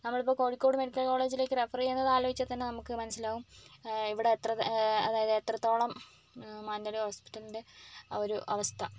നമ്മളിപ്പോൾ കോഴിക്കോട് മെഡിക്കൽ കോളേജിലേക്ക് റെഫറ് ചെയ്യുന്നത് ആലോചിച്ചാൽ തന്നെ നമുക്ക് മനസിലാവും ഇവിടെ എത്ര അതായത് എത്രത്തോളം മാനന്തവാടി ഹോസ്പിറ്റലിൻ്റെ ആ ഒരു അവസ്ഥ